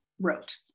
wrote